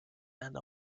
and